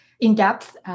in-depth